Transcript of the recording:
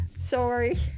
Sorry